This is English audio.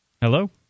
Hello